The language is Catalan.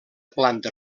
planta